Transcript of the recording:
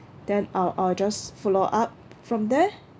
then I'll I'll just follow up from there